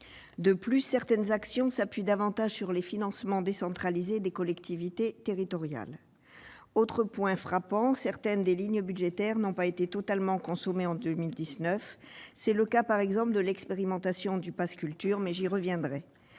De plus, certaines actions s'appuient davantage sur les financements décentralisés des collectivités territoriales. Je note un autre point frappant : des lignes budgétaires n'ont pas été totalement consommées en 2019. C'est le cas pour l'expérimentation du pass culture, j'y reviendrai.